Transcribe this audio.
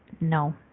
no